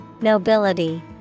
Nobility